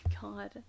God